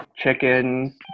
chicken